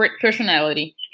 personality